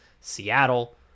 Seattle